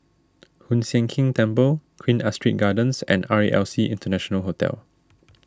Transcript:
Hoon Sian Keng Temple Queen Astrid Gardens and R E L C International Hotel